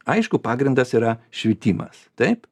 aišku pagrindas yra švietimas taip